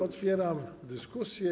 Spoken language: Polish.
Otwieram dyskusję.